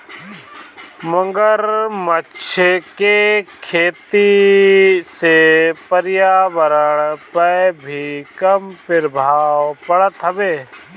मगरमच्छ के खेती से पर्यावरण पअ भी कम प्रभाव पड़त हवे